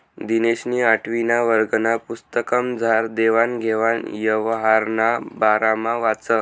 दिनेशनी आठवीना वर्गना पुस्तकमझार देवान घेवान यवहारना बारामा वाचं